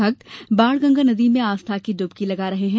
भक्त बाणगंगा नदी में आस्था की डुबकी लगा रहे है